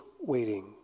waiting